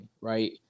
right